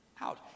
out